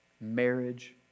marriage